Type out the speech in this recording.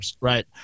right